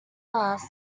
last